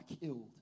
killed